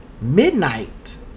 midnight